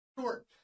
short